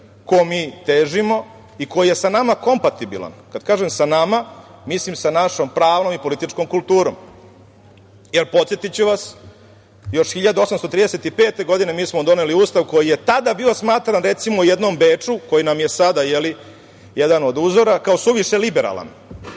kom mi težimo i koji je sa nama kompatibilan. Kad kažem sa nama, mislim sa našom pravnom i političkom kulturom. Podsetiću vas, još 1835. godine mi smo doneli Ustav koji je tada bio smatran, recimo u jednom Beču, koji nam je sada, je li, jedan od uzora, kao suviše liberalan